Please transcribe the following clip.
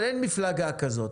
אבל אין מפלגה כזאת.